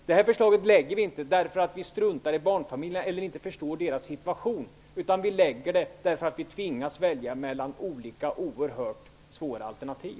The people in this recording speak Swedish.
Vi lägger inte fram detta förslag därför att vi struntar i barnfamiljerna eller därför att vi inte förstår deras situation utan därför att vi tvingas att välja mellan olika, oerhört svåra alternativ.